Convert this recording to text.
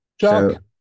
Chuck